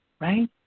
Right